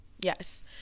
yes